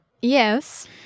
Yes